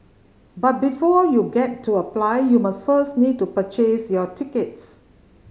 but before you get to apply you must first need to purchase your tickets